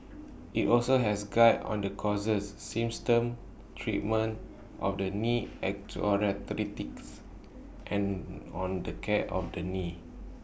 IT also has Guides on the causes symptoms treatment of knee osteoarthritis and on the care of the knee